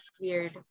weird